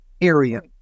area